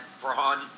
Braun